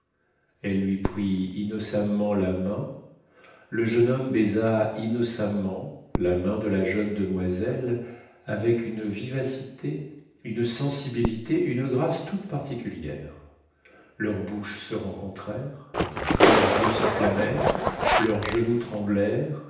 elle lui prit innocemment la main le jeune homme baisa innocemment la main de la jeune demoiselle avec une vivacité une sensibilité une grâce toute particulière leurs bouches se rencontrèrent leurs yeux s'enflammèrent leurs genoux